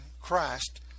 Christ